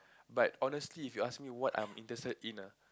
but honestly if you ask me what I'm interested in ah